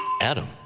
Adam